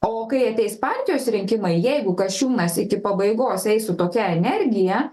o kai ateis partijos rinkimai jeigu kasčiūnas iki pabaigos eis su tokia energija